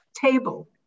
table